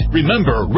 Remember